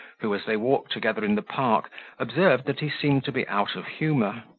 who, as they walked together in the park observed that he seemed to be out of humour.